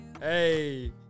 Hey